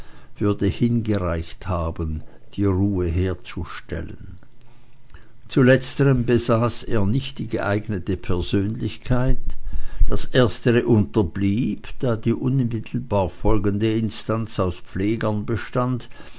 würden hingereicht haben die ruhe herzustellen zu letzterm besaß er nicht die geeignete persönlichkeit das erstere unterblieb da die unmittelbar folgende instanz aus pflegern bestand